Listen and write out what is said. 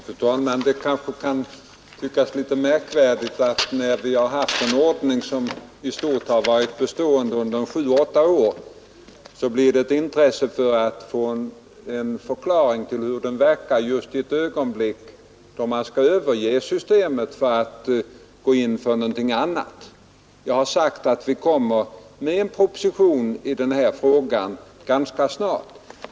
Fru talman! Det kanske kan tyckas litet märkvärdigt att när en ordning i stort varit bestående under sju åtta år vaknar intresset att få en förklaring till hur den verksamheten fungerat just i ett ögonblick då systemet skall överges och vi går in för någonting annat. Jag har sagt att vi kommer att framlägga en proposition i denna fråga ganska snart.